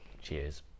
Cheers